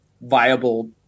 viable